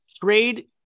Trade